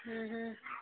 ହୁଁ ହୁଁ